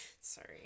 Sorry